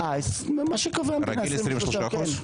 רגיל 23%?